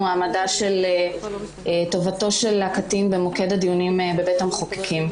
העמדה של טובתו של הקטין במוקד הדיונים בבית המחוקקים.